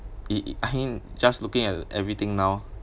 it I mean just looking at everything now